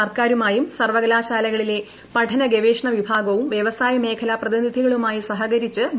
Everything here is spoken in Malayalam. സർക്കാരുമായും സർവകലാശാലകളിലെ പഠനഗവേഷണ വിഭാഗവും വൃവസായ മേഖലാ പ്രതിനിധികളുമായി സഹകരിച്ചാണ് പരിപാടി